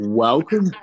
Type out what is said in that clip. Welcome